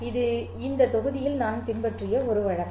இது இந்த தொகுதியில் நான் பின்பற்றிய ஒரு வழக்கம்